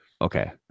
okay